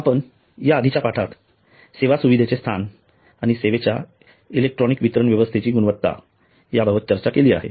आपण या आधीच्या पाठात सेवा सुविधेचे स्थान आणि सेवेच्या इलेक्ट्रॉनिक वितरण व्यवस्थेची गुणवत्ता याबाबत चर्चा केली आहे